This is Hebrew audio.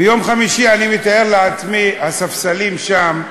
ביום חמישי, אני מתאר לעצמי, הספסלים שם,